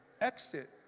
exit